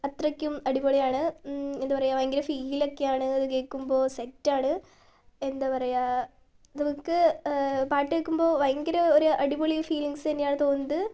അത്രയ്ക്കും അടിപൊളിയാണ് എന്താ പറയുക ഭയങ്കര ഫീലൊക്കെയാണ് അത് കേൾക്കുമ്പോൾ സെറ്റാണ് എന്താ പറയുക നമുക്ക് പാട്ടു കേൾക്കുമ്പോൾ ഭയങ്കര ഒരു അടിപൊളി ഫീലിംഗ്സ് തന്നെയാണ് തോന്നുന്നത്